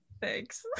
Thanks